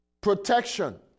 Protection